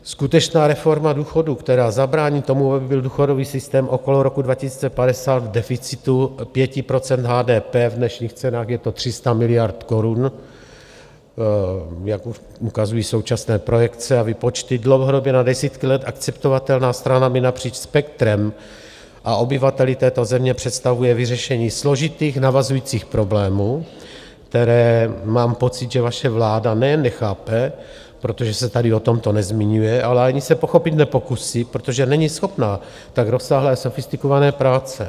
Skutečná reforma důchodů, která zabrání tomu, aby byl důchodový systém okolo roku 2050 v deficitu 5 % HDP, v dnešních cenách je to 300 miliard korun, jak ukazují současné projekce a výpočty, dlouhodobě na desítky let akceptovatelná stranami napříč spektrem a obyvateli této země představuje vyřešení složitých navazujících problémů, které mám pocit, že vaše vláda nejen nechápe, protože se tady o tomto nezmiňuje, ale ani se pochopit nepokusí, protože není schopná tak rozsáhlé sofistikované práce.